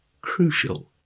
crucial